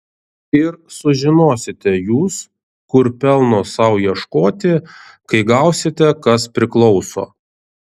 ir sužinosite jūs kur pelno sau ieškoti kai gausite kas priklauso